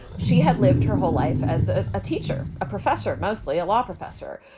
she had lived her whole life as ah a teacher, a professor, mostly a law professor,